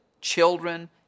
children